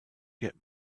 get